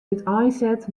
úteinset